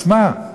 אז מה?